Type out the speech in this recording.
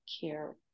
care